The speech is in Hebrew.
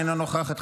אינה נוכחת,